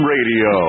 Radio